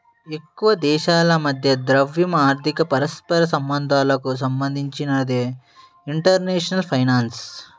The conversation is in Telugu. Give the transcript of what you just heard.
ఎక్కువదేశాల మధ్య ద్రవ్య, ఆర్థిక పరస్పర సంబంధాలకు సంబంధించినదే ఇంటర్నేషనల్ ఫైనాన్స్